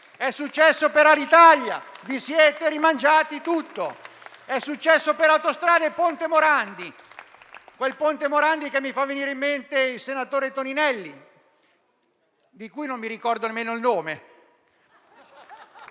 È successo per Alitalia: vi siete rimangiati tutto. È successo per Autostrade e per quel ponte Morandi che mi fa venire in mente il senatore Toninelli, di cui non ricordo nemmeno il nome.